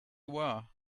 were